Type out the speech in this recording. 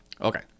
Okay